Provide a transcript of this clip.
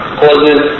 causes